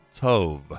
Tov